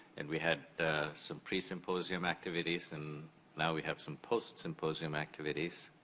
and we had some pre-symposium activities and now we have some post-symposium activities.